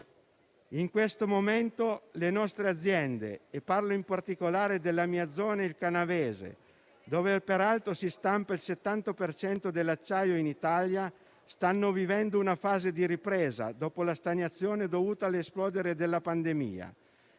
In questo momento le nostre aziende - parlo in particolare della mia zona, il Canavese, dove peraltro si stampa il 70 per cento dell'acciaio in Italia - stanno vivendo una fase di ripresa, dopo una stagnazione dovuta all'esplodere della pandemia.